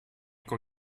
con